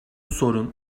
sorun